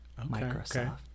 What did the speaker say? microsoft